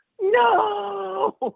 no